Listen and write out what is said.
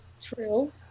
true